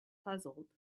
puzzled